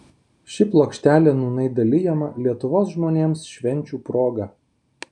ši plokštelė nūnai dalijama lietuvos žmonėms švenčių proga